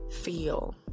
feel